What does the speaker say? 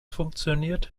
funktioniert